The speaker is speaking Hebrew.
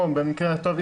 או במקרה הטוב,